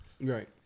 Right